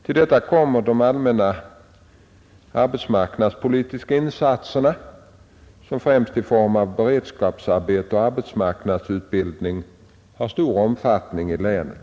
Till detta kommer de allmänna arbetsmarknadspolitiska insatserna som främst i form av beredskapsarbeten och arbetsmarknadsutbildning har stor omfattning i länet.